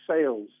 sales